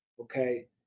okay